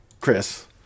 Chris